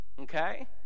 okay